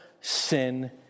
sin